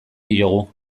diogu